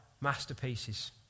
masterpieces